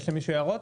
יש למישהו הערות?